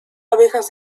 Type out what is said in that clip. abejas